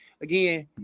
again